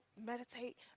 meditate